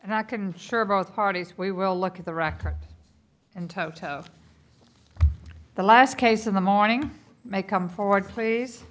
and i can sure both parties we will look at the record in toto the last case of the morning may come forward please